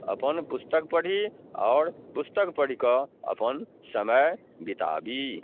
अपन पुस्तक पढ़ी आओर पुस्तक पढ़िकऽ अपन समय बिताबी